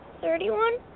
thirty-one